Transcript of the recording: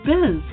Biz